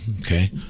okay